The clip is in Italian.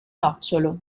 nocciolo